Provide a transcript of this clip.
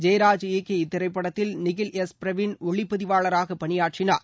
ஜெயராஜ் இயக்கிய இத்திரைப்படத்தில் நிகில் எஸ் பிரவீன் ஒளிப்பதிவாளராக பணியாற்றினார்